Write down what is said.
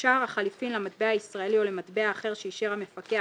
שער החליפין למטבע הישראלי או למטבע אחר שאישר המפקח